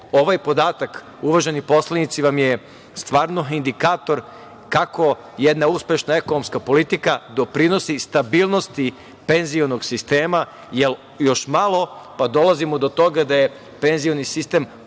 ovaj podatak, uvaženi poslanici, vam je stvarno indikator kako jedna uspešna ekonomska politika doprinosi stabilnosti penzionog sistema, jer još malo pa dolazimo do toga da je penzioni sistem